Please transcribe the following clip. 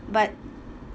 but